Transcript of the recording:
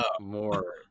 more